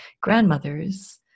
grandmothers